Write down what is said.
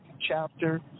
chapter